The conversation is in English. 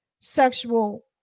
sexual